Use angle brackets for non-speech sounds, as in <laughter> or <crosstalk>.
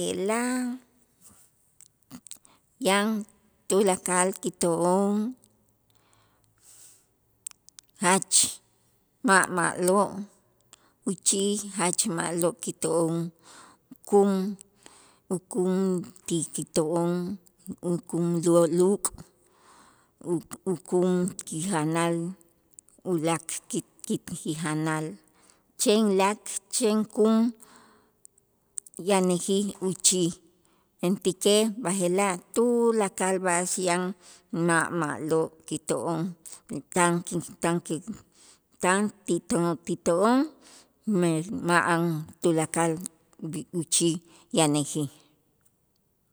je'la' yan tulakal kito'on jach ma' ma'lo' uchij jach ma'lo' kito'on kum ukum ti kito'on ukum lo luk', ukum kijanal ulaak' ki- ki- kijanal chen lak, chen kum yanäjij uchij, mentäkej b'aje'laj tulakal b'a'ax yan ma' ma'lo' kito'on tan ki tan ki tan ti to ti to'on me ma'an tulakal <noise> uchij yanäjij.